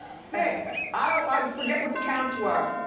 six. i um forget what the counts were,